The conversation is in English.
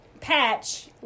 patch